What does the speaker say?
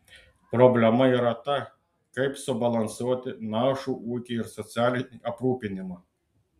problema yra ta kaip subalansuoti našų ūkį ir socialinį aprūpinimą